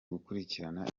gukurikirana